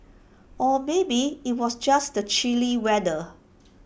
or maybe IT was just the chilly weather